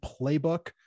playbook